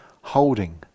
holding